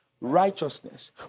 righteousness